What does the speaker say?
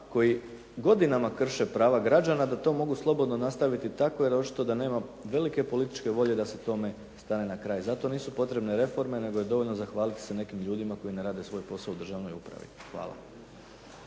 koji godinama krše prava građana da to mogu slobodno nastaviti tako, jer očito da nema velike političke volje da se tome stane na kraj. Zato nisu potrebne reforme, nego je dovoljno zahvaliti se nekim ljudima koji ne rade svoj posao u državnoj upravi. Hvala.